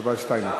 יובל שטייניץ.